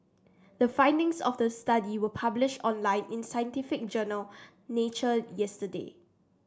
the findings of the study were published online in scientific journal Nature yesterday